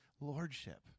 lordship